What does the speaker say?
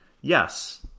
Yes